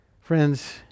Friends